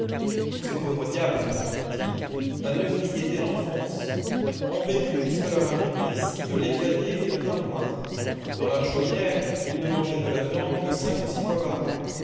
tous ces pauvres diables ajoutait-il manoeuvriers dès l'enfance ont vécu jusqu'à leur arrivée ici de lait caillé et de pain noir dans leurs chaumières ils ne mangeaient de la viande que cinq ou six fois par an